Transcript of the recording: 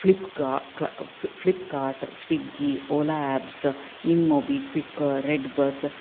Flipkart Swiggy Ola apps InMobi Quikr red bus